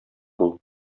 бул